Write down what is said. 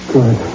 Good